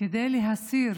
כדי להסיר